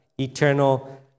eternal